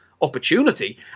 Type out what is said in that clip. opportunity